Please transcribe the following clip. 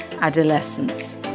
adolescence